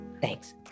Thanks